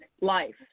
life